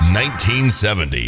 1970